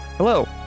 Hello